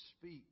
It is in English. speak